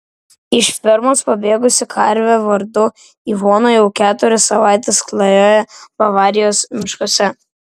iš fermos pabėgusi karvė vardu ivona jau keturias savaites klajoja bavarijos miškuose